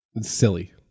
silly